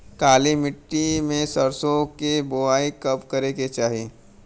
काली मिट्टी में सरसों के बुआई कब करे के चाही?